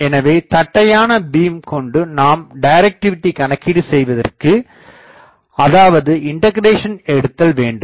எனவே தட்டையான பீம் கொண்டு நாம் டைரக்டிவ் கணக்கீடுசெய்வதற்கு அதாவது இண்டக்கிரேசன் எடுத்தல் வேண்டும்